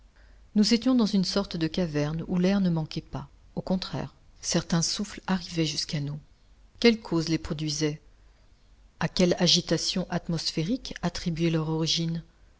nous étions dans une sorte de caverne où l'air ne manquait pas au contraire certains souffles arrivaient jusqu'à nous quelle cause les produisait a quelle agitation atmosphérique attribuer leur origine